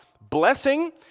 blessing